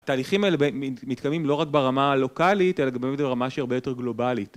התהליכים האלה מתקיימים לא רק ברמה הלוקאלית, אלא גם ברמה שהיא הרבה יותר גלובלית.